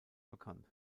bekannt